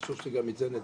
חשוב שגם את זה נדע.